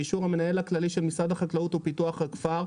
באישור המנהל הכללי של משרד החקלאות ופיתוח הכפר,